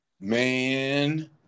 Man